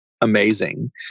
amazing